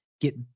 get